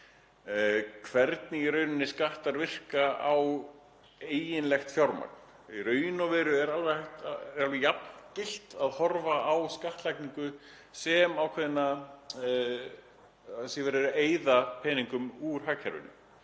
hvernig í rauninni skattar virka á eiginlegt fjármagn. Í raun og veru er alveg jafngilt að horfa á skattlagningu sem svo að verið sé að eyða peningum úr hagkerfinu